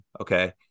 okay